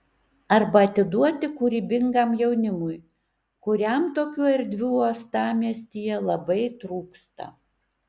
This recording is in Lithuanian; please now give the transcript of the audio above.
arba atiduoti kūrybingam jaunimui kuriam tokių erdvių uostamiestyje labai trūksta